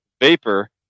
vapor